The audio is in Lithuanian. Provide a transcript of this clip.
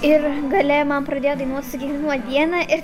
ir gale man pradėjo dainuot su gimimo diena ir